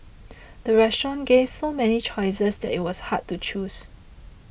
the restaurant gave so many choices that it was hard to choose